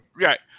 right